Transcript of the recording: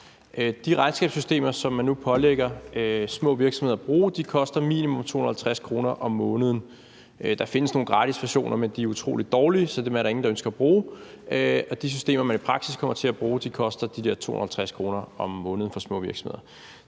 De regnskabssystemer, som man nu pålægger små virksomheder at skulle bruge, koster minimum 250 kr. om måneden. Der findes nogle gratis versioner, men de er utrolig dårlige, så dem er der ingen der ønsker at bruge, og de systemer, man i praksis kommer til at bruge, koster de der 250 kr. om måneden for små virksomheder.